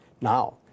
Now